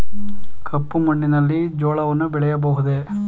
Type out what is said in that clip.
ಕಪ್ಪು ಮಣ್ಣಿನಲ್ಲಿ ಜೋಳವನ್ನು ಬೆಳೆಯಬಹುದೇ?